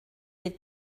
fydd